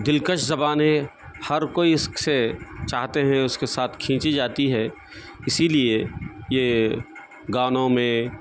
دلکش زبان ہے ہر کوئی اس سے چاہتے ہیں اس کے ساتھ کھینچی جاتی ہے اسی لیے یہ گانوں میں